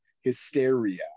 Hysteria